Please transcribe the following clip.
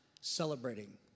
celebrating